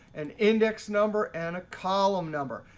an index number, and a column number.